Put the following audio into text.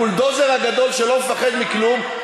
הבולדוזר הגדול שלא מפחד מכלום,